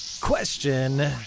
Question